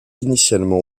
initialement